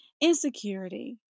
Insecurity